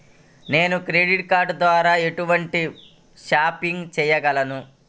నేను credit card ద్వార ఎటువంటి షాపింగ్ చెయ్యగలను?